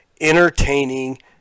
entertaining